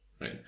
right